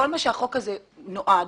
החוק הזה נועד,